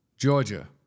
Georgia